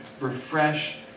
Refresh